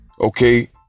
Okay